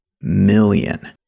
million